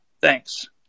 thanks